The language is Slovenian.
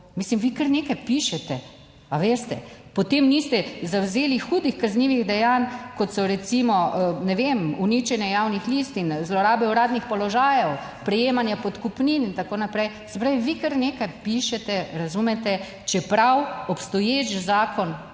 Mislim, vi kar nekaj pišete, a veste. Potem niste zavzeli hudih kaznivih dejanj, kot so recimo, ne vem, uničenje javnih listin, zlorabe uradnih položajev, prejemanja podkupnin in tako naprej. Se pravi, vi kar nekaj pišete, razumete, čeprav obstoječi zakon